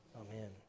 Amen